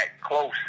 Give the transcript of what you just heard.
close